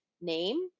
name